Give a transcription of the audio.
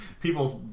People's